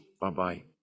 Bye-bye